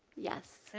yes. and